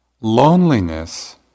Loneliness